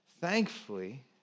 thankfully